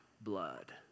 blood